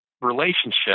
relationship